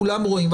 כולם רואים.